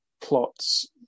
plots